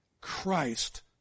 Christ